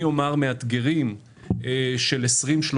ואני אומר: היעדים המאתגרים של 2030,